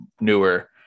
newer